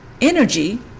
energy